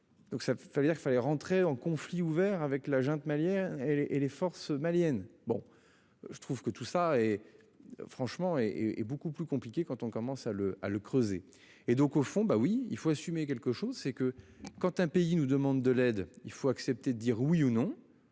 Donc ça veut dire qu'il fallait rentrer en conflit ouvert avec la junte malienne et et les forces maliennes bon je trouve que tout ça. Franchement et et beaucoup plus compliqué quand on commence à le à le creuser et donc au fond. Ben oui il faut assumer quelque chose, c'est que quand un pays nous demandent de l'aide, il faut accepter de dire oui ou non